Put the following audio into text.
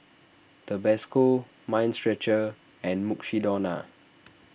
Tabasco Mind Stretcher and Mukshidonna